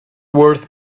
worth